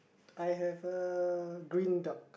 I have a green duck